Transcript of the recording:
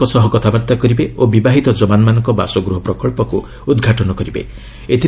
ସେ ଯବାନମାନଙ୍କ ସହ କଥାବାର୍ତ୍ତା କରିବେ ଓ ବିବାହିତ ଯବାନମାନଙ୍କ ବାସଗୃହ ପ୍ରକଳ୍ପକୁ ଉଦ୍ଘାଟନ କରିବେ